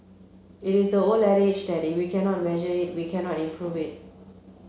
it is the old adage that if we can not measure it we can not improve it